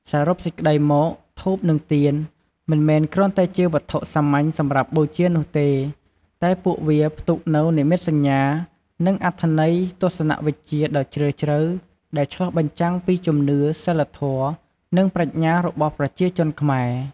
សរុបសេចក្ដីមក ធូប និងទៀន មិនមែនគ្រាន់តែជាវត្ថុសាមញ្ញសម្រាប់បូជានោះទេ តែពួកវាផ្ទុកនូវ និមិត្តសញ្ញា និងអត្ថន័យទស្សនវិជ្ជាដ៏ជ្រាលជ្រៅ ដែលឆ្លុះបញ្ចាំងពីជំនឿ សីលធម៌ និងប្រាជ្ញារបស់ប្រជាជនខ្មែរ។